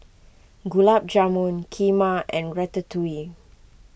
Gulab Jamun Kheema and Ratatouille